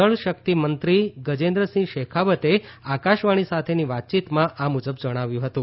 જળશક્તિ મંત્રી ગજેન્દ્રસિંહ શેખાવતે આકાશવાણી સાથેની વાતચીતમાં આ મુજબ જણાવ્યું હતું